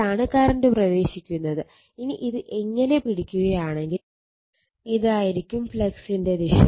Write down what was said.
ഇതാണ് കറണ്ട് പ്രവേശിക്കുന്നത് ഇനി ഇത് ഇങ്ങനെ പിടിക്കുകയാണെങ്കിൽ ഇതായിരിക്കും ഫ്ളക്സിന്റെ ദിശ